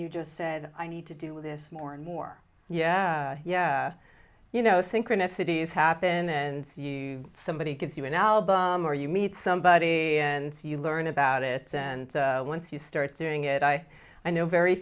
you just said i need to do with this more and more yeah yeah you know synchronicities happen and you somebody gives you an album or you meet somebody and you learn about it and once you start doing it i know very